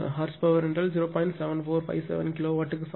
7457 kW க்கு சமம்